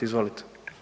Izvolite.